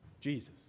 Jesus